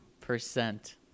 percent